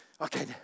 Okay